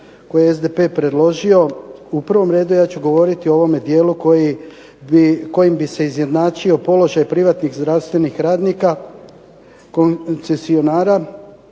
koje je SDP predložio u prvom redu ja ću govoriti o ovome dijelu kojim bi se izjednačio položaj privatnih zdravstvenih radnika, koncesionara